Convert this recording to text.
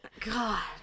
god